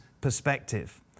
perspective